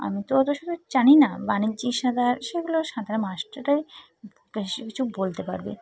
আমি তো অত শত জানি না বাণিজ্যিক সাঁতার সেগুলো সাঁতার মাস্টারাই বেশি কিছু বলতে পারবে